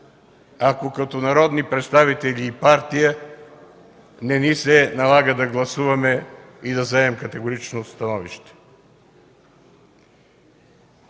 ако, като народни представители и партия, не ни се налага да гласуваме и да заемем категорично становище.